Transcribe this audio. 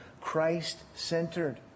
Christ-centered